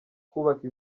kubaka